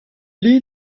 lead